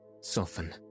soften